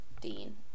Dean